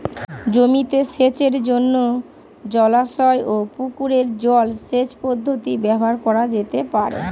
জমিতে সেচের জন্য জলাশয় ও পুকুরের জল সেচ পদ্ধতি ব্যবহার করা যেতে পারে?